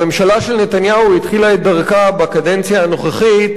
הממשלה של נתניהו התחילה את דרכה בקדנציה הנוכחית